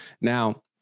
Now